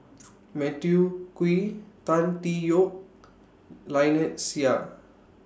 Matthew Ngui Tan Tee Yoke Lynnette Seah